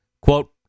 Quote